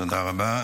תודה רבה.